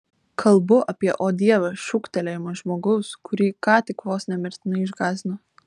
kalbu apie o dieve šūktelėjimą žmogaus kurį ką tik vos ne mirtinai išgąsdino